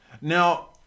Now